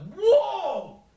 whoa